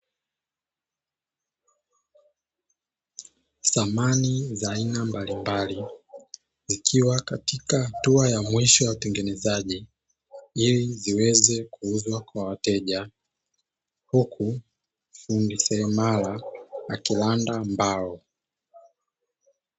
Samani za aina mbalimbali zikiwa katika hatua ya mwisho ya utengenezaji, ili ziweze kuuzwa kwa wateja huku fundi seremala akiranda mbao.